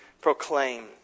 proclaim